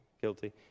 guilty